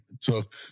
took